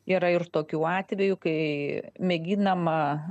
yra ir tokių atvejų kai mėginama